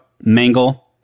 Mangle